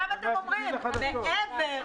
וכולל ההסמכה שהסמכנו אותם לתקן ניסוחים בלבד,